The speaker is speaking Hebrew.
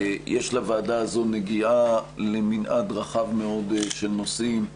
יש לוועדה הזאת נגיעה למנעד רחב מאוד של נושאים,